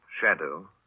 shadow